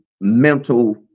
mental